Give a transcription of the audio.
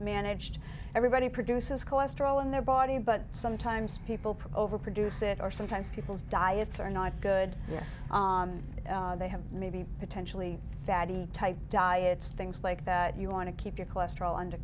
managed everybody produces cholesterol in their body but sometimes people prover produce it or sometimes people's diets are not good yes they have maybe potentially fatty type diets things like that you want to keep your cholesterol under